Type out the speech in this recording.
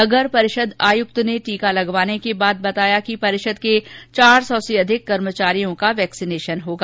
नगर परिषद आयुक्त ने आज टीका लगवाने के बाद बताया कि नगर परिषद के चार सौ से अधिक कर्मचारियों का वैक्सीनेशन होगा